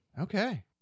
Okay